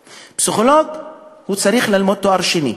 פסיכולוג צריך ללמוד לתואר שני,